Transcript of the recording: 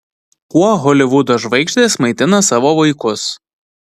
kuo holivudo žvaigždės maitina savo vaikus